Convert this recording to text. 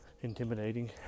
intimidating